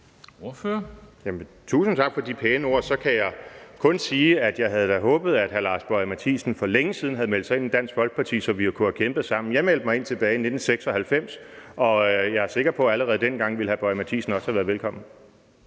Tusind tak for de pæne ord. Så kan jeg da kun sige, at jeg havde håbet, at hr. Lars Boje Mathiesen for længe siden havde meldt sig ind i Dansk Folkeparti, så vi kunne have kæmpet sammen. Jeg meldte mig ind tilbage i 1996, og jeg er sikker på, at hr. Lars Boje Mathiesen også allerede